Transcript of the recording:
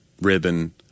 ribbon